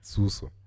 Suso